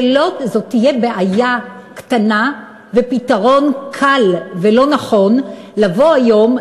זה יהיה פתרון קל ולא נכון לבוא היום,